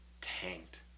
tanked